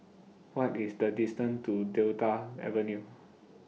What IS The distance to Delta Avenue